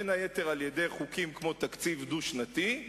בין היתר על-ידי חוקים כמו תקציב דו-שנתי,